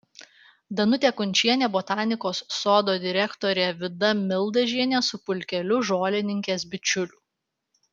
danutė kunčienė botanikos sodo direktorė vida mildažienė su pulkeliu žolininkės bičiulių